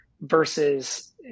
versus